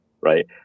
right